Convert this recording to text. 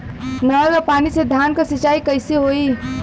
नहर क पानी से धान क सिंचाई कईसे होई?